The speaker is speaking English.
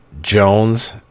Jones